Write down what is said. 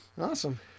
awesome